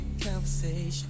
conversation